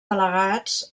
delegats